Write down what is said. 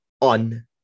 on